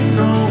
no